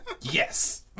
yes